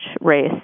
race